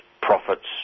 profits